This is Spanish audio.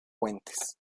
fuentes